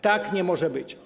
Tak nie może być.